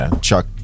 Chuck